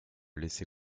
laisser